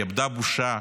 היא איבדה בושה